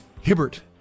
Hibbert